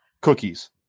cookies